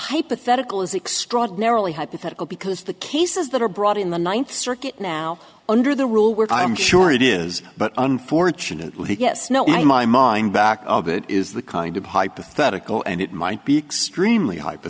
hypothetical is extraordinarily hypothetical because the cases that are brought in the ninth circuit now under the rule were i'm sure it is but unfortunately yes no one in my mind back of it is the kind of hypothetical and it might be extremely high but